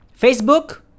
facebook